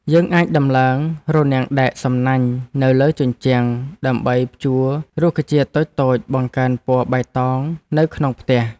យើងអាចដំឡើងរនាំងដែកសំណាញ់នៅលើជញ្ជាំងដើម្បីព្យួររុក្ខជាតិតូចៗបង្កើនពណ៌បៃតងនៅក្នុងផ្ទះ។